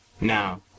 now